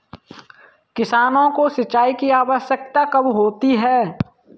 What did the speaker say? किसानों को सिंचाई की आवश्यकता कब होती है?